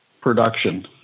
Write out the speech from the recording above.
production